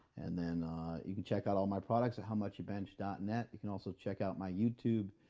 and then you can check out all my products at howmuchyoubench dot net. you can also check out my youtube,